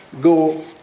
go